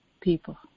people